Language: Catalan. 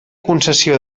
concessió